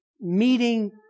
meeting